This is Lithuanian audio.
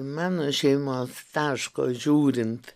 mano šeimos taško žiūrint